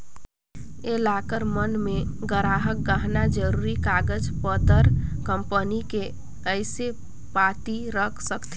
ये लॉकर मन मे गराहक गहना, जरूरी कागज पतर, कंपनी के असे पाती रख सकथें